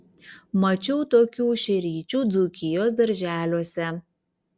mačiau tokių šeryčių dzūkijos darželiuose